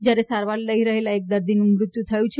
જ્યારે સારવાર લઈ રહેલા એક દર્દીનું મૃત્યુ થયું છે